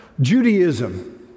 Judaism